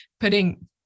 putting